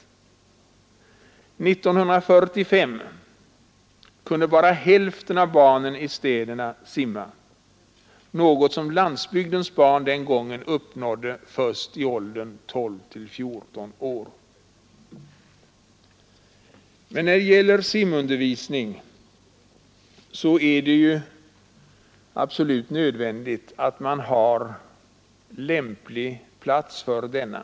År 1945 kunde bara hälften av 9—12-åringarna i städerna simma, en nivå som landsbygdens barn den gången uppnådde först i åldern 12—14 år. Vid simundervisning är det nödvändigt att ha en lämplig plats för undervisningen.